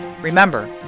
Remember